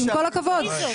אני מסתכל להם בעיניים.